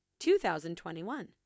2021